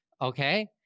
Okay